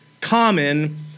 common